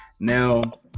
now